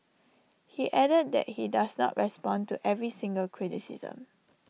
he added that he does not respond to every single criticism